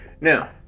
Now